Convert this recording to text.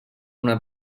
una